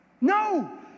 No